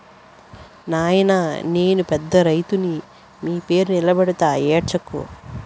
నాయినా నేను పెద్ద రైతుని మీ పేరు నిలబెడతా ఏడ్సకు